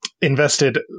invested